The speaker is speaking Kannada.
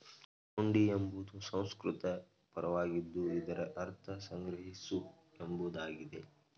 ಹುಂಡಿ ಎಂಬುದು ಸಂಸ್ಕೃತ ಪದವಾಗಿದ್ದು ಇದರ ಅರ್ಥ ಸಂಗ್ರಹಿಸು ಎಂಬುದಾಗಿದೆ